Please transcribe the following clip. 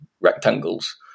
rectangles